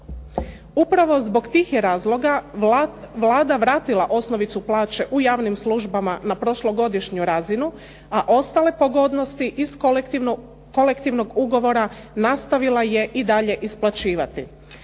Upravo zbog tih je razloga Vlada vratila osnovicu plaće u javnim službama na prošlogodišnju razinu, a ostale pogodnosti iz kolektivnog ugovora nastavila je i dalje isplaćivati.